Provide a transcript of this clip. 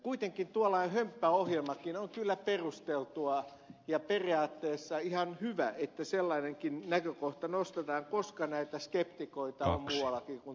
kuitenkin tuollainen hömppäohjelmakin on kyllä perusteltua ja periaatteessa on ihan hyvä että sellainenkin näkökohta nostetaan koska näitä skeptikoita on muuallakin kuin tässä huoneessa